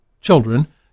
children